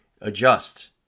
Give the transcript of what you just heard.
adjust